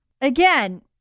Again